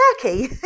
turkey